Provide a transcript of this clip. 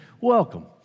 welcome